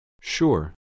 Sure